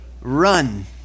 run